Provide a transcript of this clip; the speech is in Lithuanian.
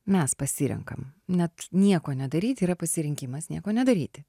mes pasirenkam net nieko nedaryt yra pasirinkimas nieko nedaryti